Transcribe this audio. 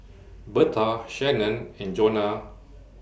Berta Shannen and Johnna